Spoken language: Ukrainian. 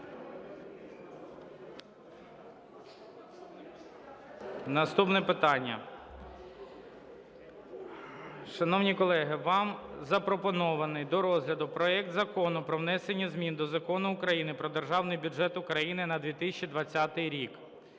Наступне питання. Шановні колеги, вам запропонований до розгляду проект Закону про внесення змін до Закону України "Про Державний бюджет України на 2020 рік"